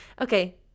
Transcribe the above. Okay